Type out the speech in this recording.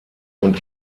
und